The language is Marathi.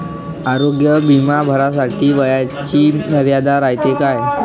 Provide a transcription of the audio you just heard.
आरोग्य बिमा भरासाठी वयाची मर्यादा रायते काय?